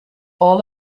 all